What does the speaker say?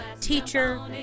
teacher